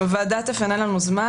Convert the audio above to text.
אם הוועדה תפנה לנו זמן,